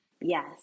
Yes